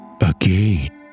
again